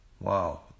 Wow